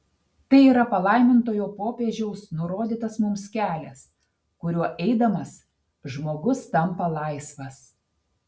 tai yra palaimintojo popiežiaus nurodytas mums kelias kuriuo eidamas žmogus tampa laisvas